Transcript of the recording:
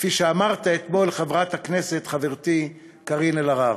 כפי שאמרת אתמול לחברת הכנסת חברתי קארין אלהרר.